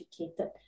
educated